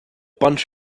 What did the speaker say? bunch